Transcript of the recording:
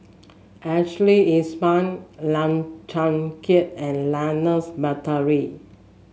Ashley Isham Lim Chong Keat and Ernest Monteiro